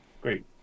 great